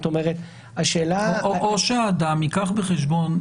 או שאדם ייקח בחשבון,